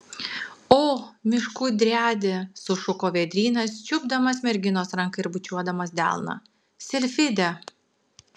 o miškų driade sušuko vėdrynas čiupdamas merginos ranką ir bučiuodamas delną silfide